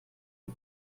die